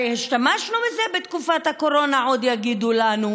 הרי השתמשנו בזה בתקופת הקורונה, עוד יגידו לנו,